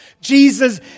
Jesus